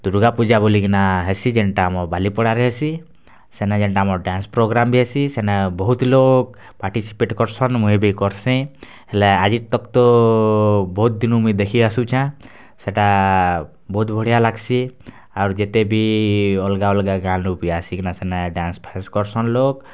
ଦୁର୍ଗା ପୂଜା ବୋଲିକିନା ହେସି ଯେନ୍ଟା ଆମ ବାଲିପଡ଼ାରେ ହେସି ସେନା ଯେନ୍ଟା ଆମର ଡାନ୍ସ୍ ପ୍ରୋଗ୍ରାମ୍ ବି ହେସି ସେନା ବହୁତ ଲୋକ ପାର୍ଟିସିପେଟ୍ କରସନ୍ ମୁଇ ବି କର୍ସିଁ ହେଲେ ଆଜିତକ୍ ତ ବହୁତ ଦିନୁ ମୁଇଁ ଦେଖି ଆସୁଚେଁ ସେଟା ବହୁତ ବଢ଼ିଆ ଲାଗ୍ସି ଆରୁ ଯେତେ ବି ଅଲ୍ଗା ଅଲ୍ଗା ଗାଁ ଲୋକ ବି ଆସିକିନା ସିନା ଡାନ୍ସ୍ ଫ୍ୟାନ୍ସ କରୁସନ୍ ଲୋକ୍